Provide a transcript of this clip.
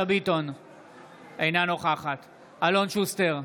אינה נוכחת אלון שוסטר,